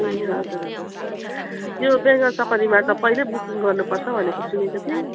ए हजुर हजुर यो बेङ्गाल सफारीमा त पहिल्यै बुकिङ गर्नुपर्छ भनेको सुनेको थिएँ